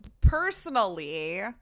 personally